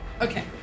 Okay